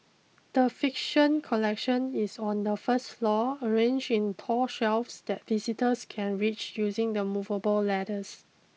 the fiction collection is on the first floor arranged in tall shelves that visitors can reach using the movable ladders